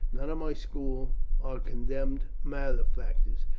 none of my school are condemned malefactors.